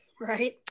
Right